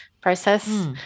process